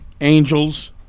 Angels